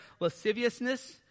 lasciviousness